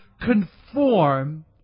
conform